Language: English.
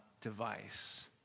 device